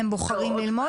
הם בוחרים ללמוד?